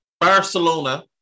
Barcelona